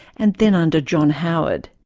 and then under john howard.